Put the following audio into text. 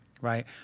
right